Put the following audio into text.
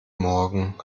morgen